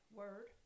word